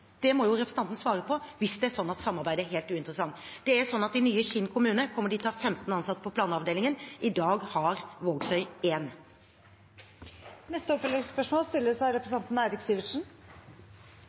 Det må representanten svare på hvis det er sånn at samarbeid er helt uinteressant. I nye Kinn kommune kommer de til å ha 15 ansatte på planavdelingen, i dag har Vågsøy én. Eirik Sivertsen – til oppfølgingsspørsmål.